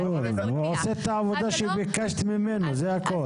ברור, הוא עושה את העבודה שביקשת ממנו, זה הכול.